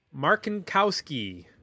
Markinkowski